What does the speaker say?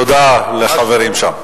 תודה לחברים שם.